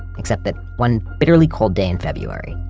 except that one bitterly cold day in february,